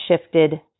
shifted